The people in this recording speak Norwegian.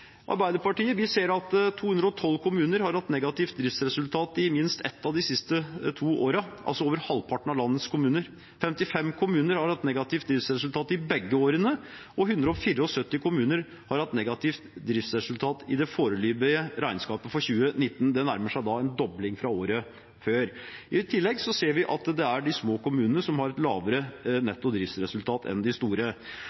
Vi i Arbeiderpartiet ser at 212 kommuner har hatt negativt driftsresultat i minst ett av de siste to årene, altså over halvparten av landets kommuner. 55 kommuner har hatt negativt driftsresultat i begge årene. 174 kommuner har hatt negativt driftsresultat i det foreløpige regnskapet for 2019. Det nærmer seg da en dobling fra året før. I tillegg ser vi at de små kommunene har et lavere